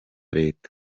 reta